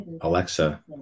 Alexa